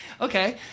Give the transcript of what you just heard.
Okay